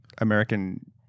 American